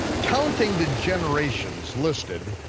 counting the generations listed,